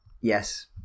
Yes